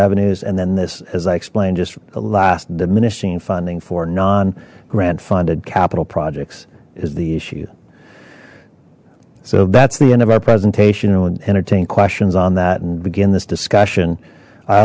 revenues and then this as i explained just the last diminishing funding for non grant funded capital projects is the issue so that's the end of our presentation and we'll entertain questions on that and begin this discussion i